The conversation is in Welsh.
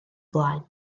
flaen